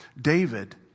David